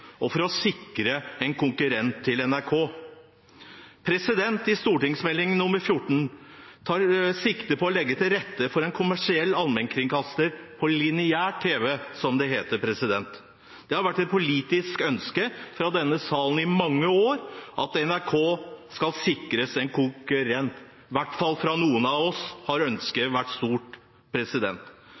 og for å sikre en konkurrent til NRK. Meld. St. 14 for 2016–2017 tar sikte på å legge til rette for en kommersiell allmennkringkaster på lineær tv, som det heter. Det har vært et politisk ønske fra denne salen i mange år at NRK skal sikres en konkurrent – i hvert fall fra noen av oss har ønsket vært stort.